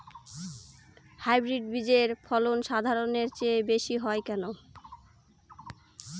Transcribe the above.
Hybrid বীজের ফলন সাধারণের চেয়ে বেশী হয় কেনো?